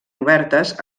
obertes